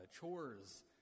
chores